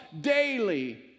daily